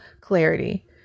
clarity